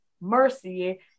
mercy